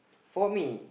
for me